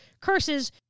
curses